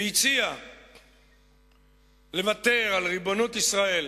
הציע לוותר על ריבונות ישראל